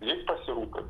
jais pasirūpinu